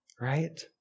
right